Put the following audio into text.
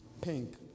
Pink